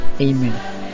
Amen